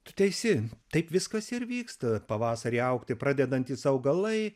tu teisi taip viskas ir vyksta pavasarį augti pradedantys augalai